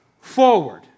Forward